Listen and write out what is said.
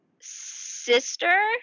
sister